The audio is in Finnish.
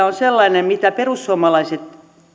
on sellainen mitä perussuomalaiset